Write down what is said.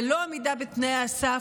ללא עמידה בתנאי הסף,